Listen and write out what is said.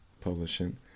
publishing